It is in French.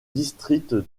district